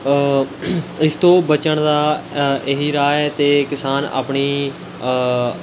ਇਸ ਤੋਂ ਬਚਣ ਦਾ ਇਹੀ ਰਾਹ ਹੈ ਅਤੇ ਕਿਸਾਨ ਆਪਣੀ